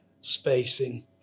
spacing